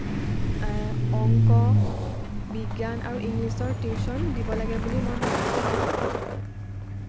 অংক বিজ্ঞান আৰু ইংলিছৰ টিউশ্যন দিব লাগে বুলি মই ভাবোঁ